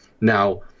Now